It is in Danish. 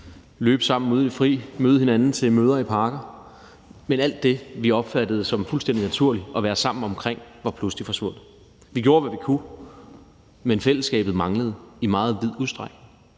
løbe sammen ude i det fri og møde hinanden til møder i parken, men alt det, vi opfattede som fuldstændig naturligt at være sammen omkring, var pludselig forsvundet. Vi gjorde, hvad vi kunne, men fællesskabet manglede i meget vid udstrækning.